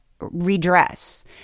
redress